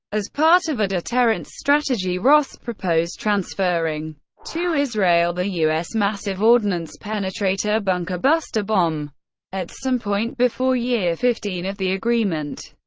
as part of a deterrence strategy, ross proposed transferring to israel the u s. massive ordnance penetrator bunker buster bomb at some point before year fifteen of the agreement.